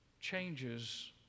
changes